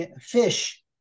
fish